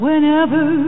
Whenever